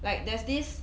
like there's this